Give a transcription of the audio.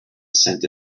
sent